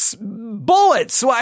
bullets